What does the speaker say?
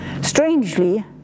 Strangely